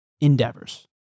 endeavors